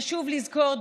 חשוב לזכור,